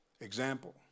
example